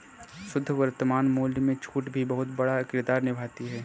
शुद्ध वर्तमान मूल्य में छूट भी बहुत बड़ा किरदार निभाती है